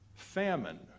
famine